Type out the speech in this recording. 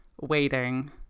waiting